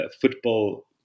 football